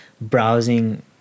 browsing